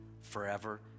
forever